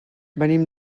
venim